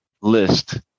list